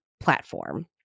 platform